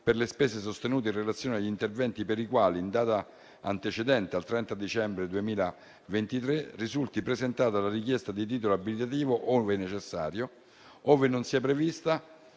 per le spese in relazione agli interventi per i quali in data antecedente al 30 dicembre 2023 risulti presentata la richiesta di titolo abilitativo, ove necessario, ove non sia prevista,